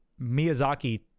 Miyazaki